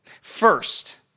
First